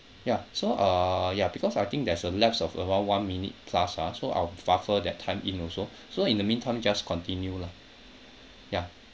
ya so uh ya because I think there's a lapse of around one minute plus ah so I'll buffer that time in also so in the meantime just continue lah ya